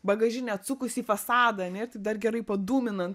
bagažinę atsukus į fasadą ane ir taip dar gerai padūminant